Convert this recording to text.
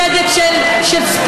צדק של ספורט,